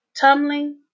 tumbling